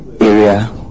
area